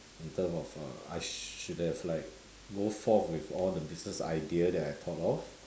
in term of uh I should have like go forth with all the business idea that I thought of